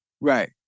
Right